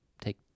take